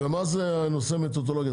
ומה זה הנושא מתודולוגיה?